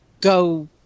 go